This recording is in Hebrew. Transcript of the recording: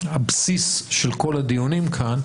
הבסיס של כל הדיונים כאן,